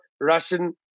Russian